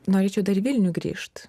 norėčiau dar į vilnių grįžt